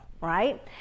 right